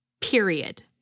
Period